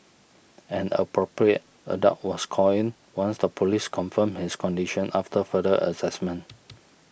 an Appropriate Adult was called in once the police confirmed his condition after further assessment